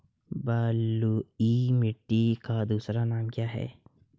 बलुई मिट्टी का दूसरा नाम क्या है?